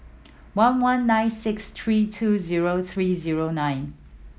one one nine six three two zero three zero nine